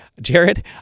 Jared